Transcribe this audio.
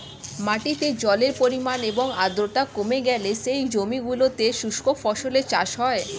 মাটিতে জলের পরিমাণ এবং আর্দ্রতা কমে গেলে সেই জমিগুলোতে শুষ্ক ফসলের চাষ হয়